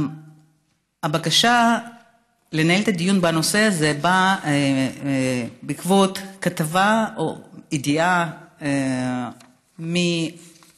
הבקשה לנהל את הדיון בנושא הזה באה בעקבות כתבה או ידיעה מאנגליה